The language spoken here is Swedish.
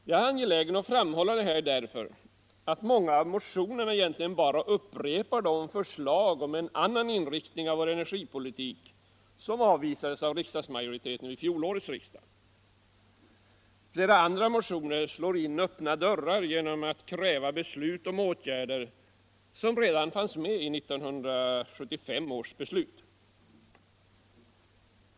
Jag är angelägen om att framhålla detta, därför att många av motionerna bara upprepar de förslag om en annan inriktning av vår energipolitik som avvisades av riksdagsmajoriteten vid fjolårets riksdag. Flera motioner slår in öppna dörrar genom att kräva beslut om åtgärder, som redan finns med i 1975 års beslut.